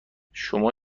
شما